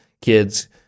kids